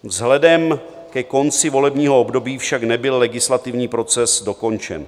Vzhledem ke konci volebního období však nebyl legislativní proces dokončen.